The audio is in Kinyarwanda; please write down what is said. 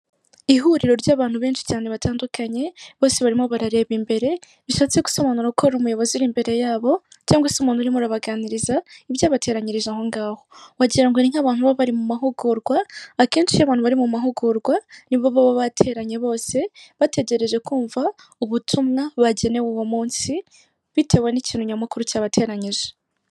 Ihuriro ry'abantu benshi cyane batandukanye bose barimo barareba imbere bishatse gusobanura ko ari umuyobozi uri imbere yabo cyangwa se umuntu uri murabaganiriza ibyabateranyiririza aho ngaho. Wagirango ngo ni nk'abantu baba bari mu mahugurwa, akenshi iyo abantu bari mu mahugurwa nibo baba bateranye bose bategereje kumva ubutumwa bagenewe uwo munsi, bitewe n'ikintu nyamukuru cyabateranyije.